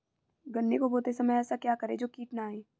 गन्ने को बोते समय ऐसा क्या करें जो कीट न आयें?